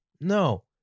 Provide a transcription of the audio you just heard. No